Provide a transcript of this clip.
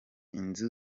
inzu